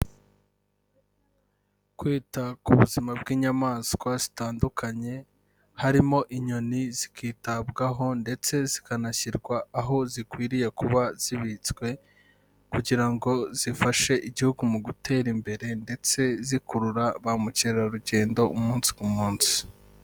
Kwita ku buzima bw'inyamaswa zitandukanye, harimo inyoni zikitabwaho ndetse zikanashyirwa aho zikwiriye kuba zibitswe kugira ngo zifashe igihugu mu gutera imbere ndetse zikurura ba mukerarugendo umunsi ku munsi.